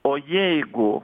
o jeigu